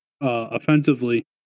offensively